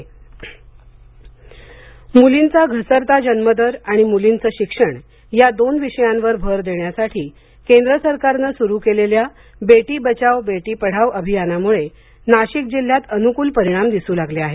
बेबबेप मुलींचा घसरता जन्म दर आणि मुलींचे शिक्षण या दोन विषयांवर भर देण्यासाठी केंद्र सरकारने सुरू केलेल्या बेटी बचाव बेटी पढाव अभियानामुळे नाशिक जिल्ह्यात अनुकूल परिणाम दिसू लागले आहेत